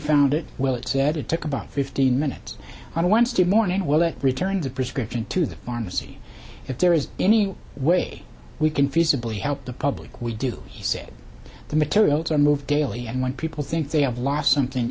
found it well it said it took about fifteen minutes on wednesday morning well that returned the prescription to the pharmacy if there is any way we can feasibly help the public we do he said the materials are moved daily and when people think they have lost something